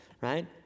right